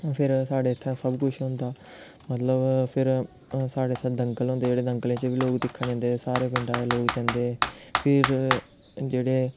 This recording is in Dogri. फिर साढ़े इत्थै सब कुछ होंदा मतलब फिर साढ़े इत्थै दंगल होंदे जेह्ड़े दंगलें च बी लोग दिक्खन जंदे सारे पिंडा दे लोग जंदे फिर जेह्ड़े